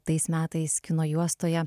tais metais kino juostoje